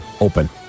open